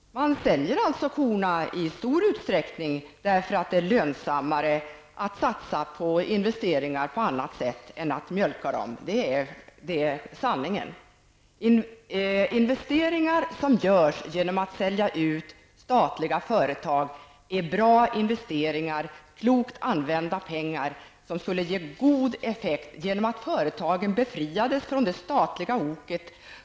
Man säljer således korna i stor utsträckning, eftersom det är lönsammare att satsa på investeringar på annat sätt än att mjölka dem. Det är sanningen. Investeringar som görs genom att man säljer ut statliga företag är bra investeringar och klokt använda pengar som skulle ge god effekt genom att företagen befriades från det statliga oket.